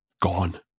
gone